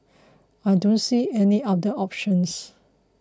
I don't see any other option